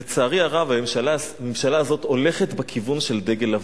לצערי הרב, הממשלה הזאת הולכת בכיוון של דגל לבן.